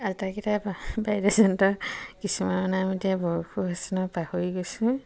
আটাইকেইটা বাদ্য়যন্ত্ৰ কিছুমান এতিয়া বয়সো হৈছে নহয় পাহৰি গৈছোঁ